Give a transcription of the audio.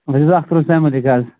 بہٕ چھُس اختر حسین ملِک حظ